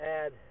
add